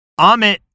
Amit